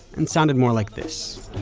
and sounded more like this,